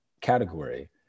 category